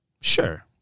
sure